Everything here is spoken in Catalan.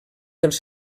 dels